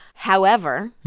however,